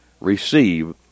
receive